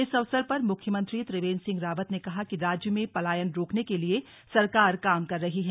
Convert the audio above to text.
इस अवसर पर मुख्यमंत्री त्रिवेन्द्र सिंह रावत ने कहा कि राज्य में पलायन रोकने के लिए सरकार काम कर रही है